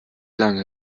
lange